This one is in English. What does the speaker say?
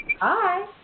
Hi